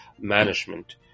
management